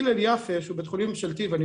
הילל יפה שהוא בית חולים ממשלתי ואני